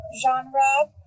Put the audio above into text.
genre